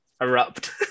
erupt